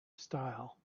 style